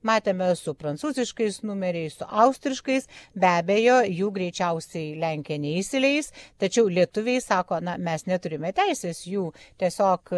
matėme su prancūziškais numeriais su austriškais be abejo jų greičiausiai lenkija neįsileis tačiau lietuviai sako na mes neturime teisės jų tiesiog